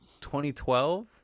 2012